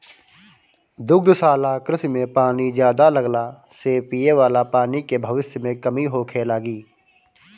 दुग्धशाला कृषि में पानी ज्यादा लगला से पिये वाला पानी के भविष्य में कमी होखे लागि